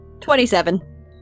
Twenty-seven